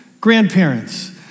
grandparents